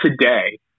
today